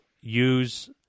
use